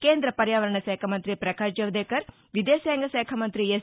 కేంద్ర పర్యావరణ శాఖ మంత్రి ప్రకాష్ జవదేకర్ విదేశాంగ శాఖ మంత్రి ఎస్